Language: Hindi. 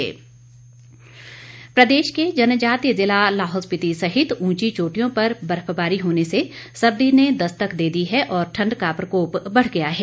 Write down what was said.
मौसम प्रदेश के जनजातीय जिला लाहौल स्पिति सहित ऊंची चोटियों पर बर्फबारी होने से सर्दी ने दस्तक दे दी है और ठंड का प्रकोप बढ़ गया है